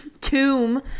tomb